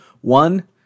One